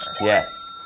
Yes